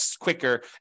quicker